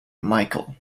michael